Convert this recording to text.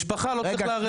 משפחה לא צריך לערב.